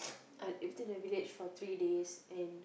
I stayed in the village for three days and